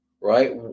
right